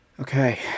okay